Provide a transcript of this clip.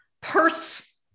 purse